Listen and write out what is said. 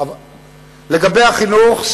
לגבי החינוך,